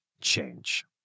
change